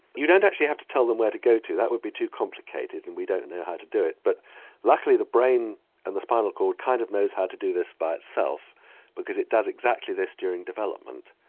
you don't actually have to tell them where to go to, that would be too complicated and we don't know how to do it but luckily the brain and the spinal cord kind of knows how to do this by itself because it does exactly this during development.